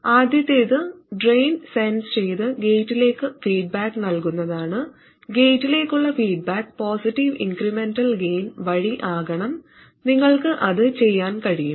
ആദ്യത്തേത് drain sense ചെയ്തു ഗേറ്റിലേക്ക് ഫീഡ്ബാക്ക് നൽകുന്നതാണ് ഗേറ്റിലേക്കുള്ള ഫീഡ്ബാക്ക് പോസിറ്റീവ് ഇൻക്രെമെന്റൽ ഗെയിൻ വഴി ആകണം നിങ്ങൾക്ക് അത് ചെയ്യാൻ കഴിയും